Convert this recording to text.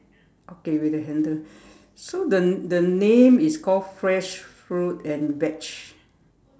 okay with the handle so the the name is called fresh fruit and veg